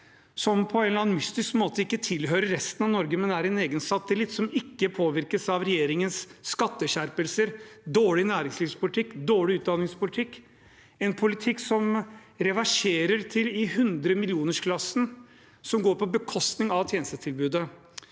som på en eller annen mystisk måte ikke tilhører resten av Norge, men er en egen satellitt som ikke påvirkes av regjeringens skatteskjerpelser, dårlige næringslivspolitikk og dårlige utdanningspolitikk – en politikk som reverserer i hundremillionersklassen, noe som går på bekostning av tjenestetilbudet.